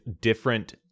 different